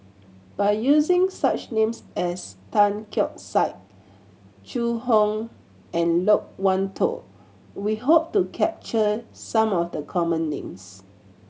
by using such names as Tan Keong Saik Zhu Hong and Loke Wan Tho we hope to capture some of the common names